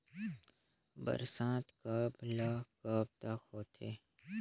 बरसात कब ल कब तक होथे?